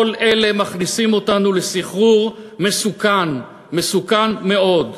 כל אלה מכניסים אותנו לסחרור מסוכן, מסוכן מאוד.